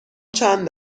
چند